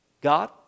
God